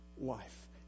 life